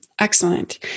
excellent